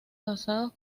casados